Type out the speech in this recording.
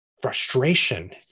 frustration